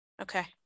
Okay